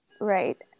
Right